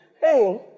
Hey